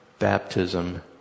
baptism